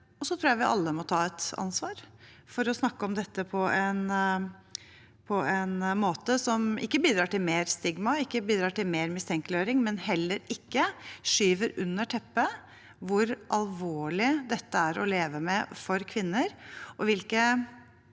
Jeg tror vi alle må ta et ansvar for å snakke om dette på en måte som ikke bidrar til mer stigma og mer mistenkeliggjøring, men som heller ikke skyver under teppet hvor alvorlig dette er å leve med for kvinner, og i